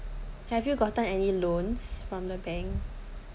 have you gotten any loans from the bank